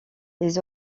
les